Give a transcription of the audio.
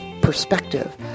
perspective